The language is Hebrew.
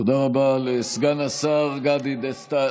תודה רבה לסגן השר גדי דסטה,